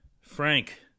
Frank